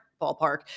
ballpark